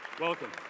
welcome